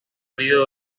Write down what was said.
herido